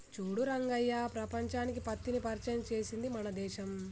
చూడు రంగయ్య ప్రపంచానికి పత్తిని పరిచయం చేసింది మన దేశం